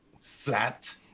flat